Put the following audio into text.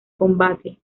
combate